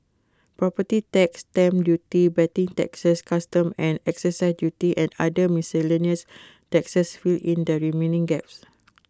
property tax stamp duty betting taxes customs and excise duties and other miscellaneous taxes fill in the remaining gaps